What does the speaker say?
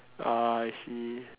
ah I see